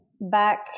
back